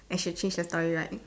I should change the story right